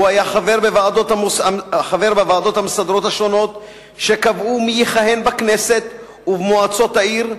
הוא היה חבר בוועדות המסדרות השונות שקבעו מי יכהן בכנסת ובמועצות העיר.